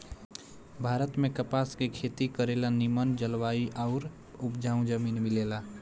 भारत में कपास के खेती करे ला निमन जलवायु आउर उपजाऊ जमीन मिलेला